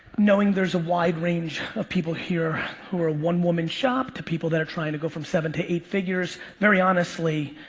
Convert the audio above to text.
knowing there's a wide range of people here who are a one-woman shop, to people that are trying to go from seven to eight figures. very honestly,